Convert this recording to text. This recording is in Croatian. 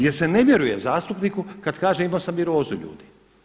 Jer se ne vjeruje zastupniku kada kaže imao sam virozu ljudi.